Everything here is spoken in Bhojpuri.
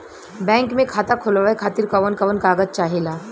बैंक मे खाता खोलवावे खातिर कवन कवन कागज चाहेला?